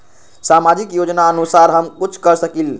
सामाजिक योजनानुसार हम कुछ कर सकील?